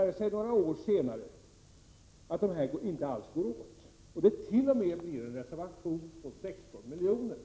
Det visar sig några år senare att pengarna inte alls går åt och att det t.o.m. blir en reservation på 16 miljoner.